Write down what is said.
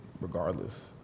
regardless